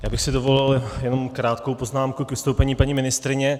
Já bych si dovolil jenom krátkou poznámku k vystoupení paní ministryně.